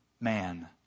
man